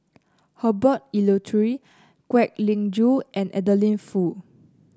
Herbert Eleuterio Kwek Leng Joo and Adeline Foo